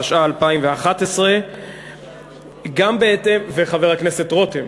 התשע"א 2011 וחבר הכנסת רותם.